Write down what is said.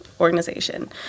organization